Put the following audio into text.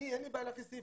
אין לי בעיה להכניס סעיף,